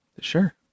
Sure